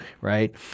right